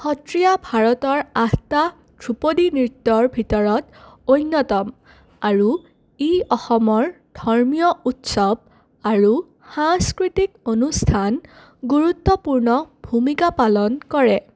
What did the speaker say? সত্ৰীয়া ভাৰতৰ আঠটা ধ্ৰুপদী নৃত্যৰ ভিতৰত অন্যতম আৰু ই অসমৰ ধৰ্মীয় উৎসৱ আৰু সাংস্কৃতিক অনুষ্ঠান গুৰুত্বপূৰ্ণ ভূমিকা পালন কৰে